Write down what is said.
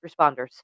responders